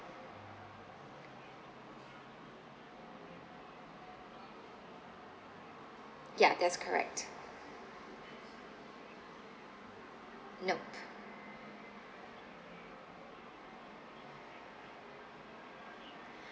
yup that's correct nope